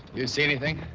you see anything?